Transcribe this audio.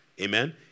Amen